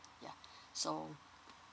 yeah so